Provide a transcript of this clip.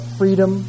freedom